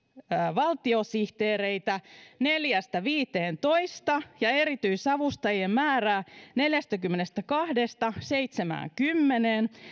valtiosihteereitä neljästä viiteentoista ja ja erityisavustajien määrää neljästäkymmenestäkahdesta seitsemäänkymmeneen